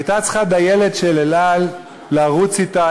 הייתה צריכה דיילת של "אל על" לרוץ אתה,